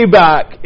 back